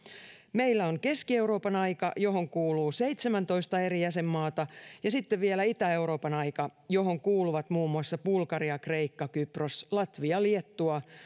meillä on keski euroopan aika johon kuuluu seitsemäntoista eri jäsenmaata ja sitten vielä itä euroopan aika johon kuuluvat muun muassa bulgaria kreikka kypros latvia liettua